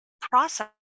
process